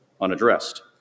unaddressed